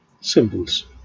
symbols